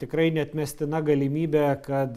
tikrai neatmestina galimybė kad